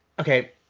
Okay